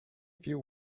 few